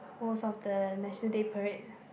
most of the National Day Parade